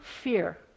fear